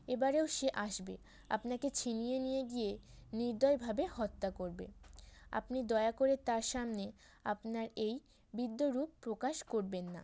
এবারেও সে আসবে আপনাকে ছিনিয়ে নিয়ে গিয়ে নির্দয়ভাবে হত্যা করবে আপনি দয়া করে তার সামনে আপনার এই রূপ প্রকাশ করবেন না